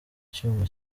icyuma